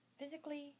physically